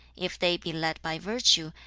if they be led by virtue,